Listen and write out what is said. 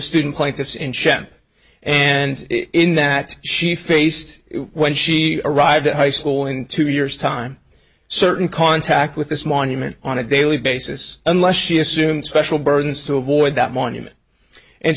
chen and in that she faced when she arrived at high school in two years time certain contact with this monument on a daily basis unless she assumed special burdens to avoid that monument and